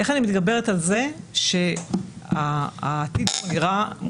איך אני מתגברת על זה שהעתיד כאן הוא בסכנה